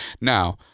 now